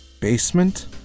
Basement